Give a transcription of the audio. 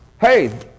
hey